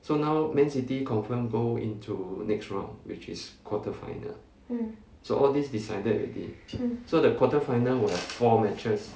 mm mm